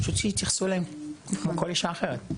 אלא שפשוט יתייחסו אליהן כמו כל אישה אחרת.